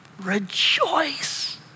rejoice